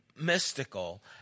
mystical